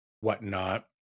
whatnot